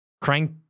Crank